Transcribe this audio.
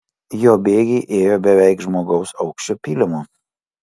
jo bėgiai ėjo beveik žmogaus aukščio pylimu